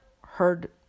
heard